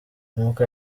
nk’uko